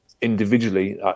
individually